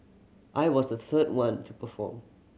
I was the third one to perform